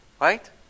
Right